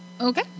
Okay